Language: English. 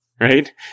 Right